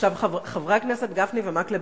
חברי הכנסת גפני ומקלב,